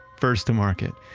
first to market.